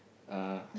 uh